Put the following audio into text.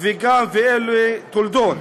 וגם "ואלה תולדות".